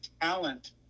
talent